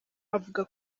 avuga